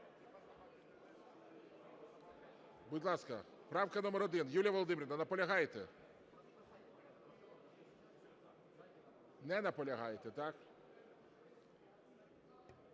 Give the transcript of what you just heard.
Будь ласка, правка номер 1. Юлія Володимирівно, наполягаєте? Не наполягаєте, так?